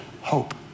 hope